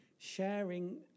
sharing